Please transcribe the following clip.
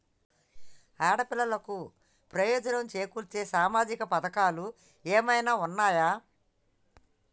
ఆడపిల్లలకు ప్రయోజనం చేకూర్చే సామాజిక పథకాలు ఏమైనా ఉన్నయా?